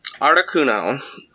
Articuno